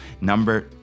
number